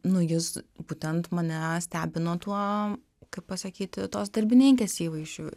nu jis būtent mane stebino tuo kaip pasakyti tos darbininkės įvaizdžiu